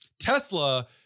Tesla